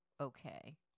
Okay